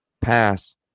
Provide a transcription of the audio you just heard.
pass